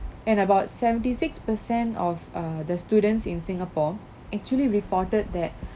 and about seventy six per cent of uh the students in singapore actually reported that